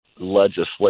legislation